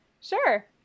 sure